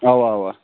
اَوا اَوا